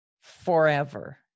forever